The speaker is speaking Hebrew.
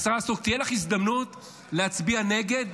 השרה סטרוק, תהיה לך הזדמנות להצביע נגד.